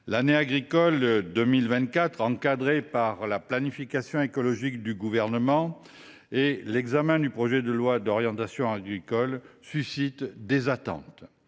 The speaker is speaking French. L’année agricole 2024, encadrée par la planification écologique du Gouvernement et l’examen du futur projet de loi d’orientation agricole, suscite des attentes.